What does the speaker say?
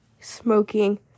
smoking